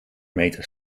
meter